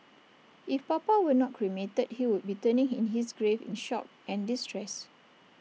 if papa were not cremated he would be turning in his grave in shock and distress